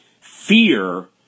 fear